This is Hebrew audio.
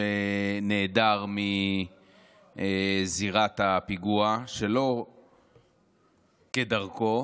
שנעדר מזירת הפיגוע שלא כדרכו,